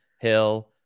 Hill